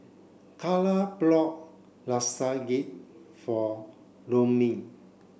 Carla bought Lasagne for Rollin